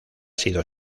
sido